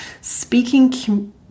speaking